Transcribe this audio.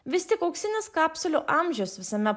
vistik auksinis kapsulių amžius visame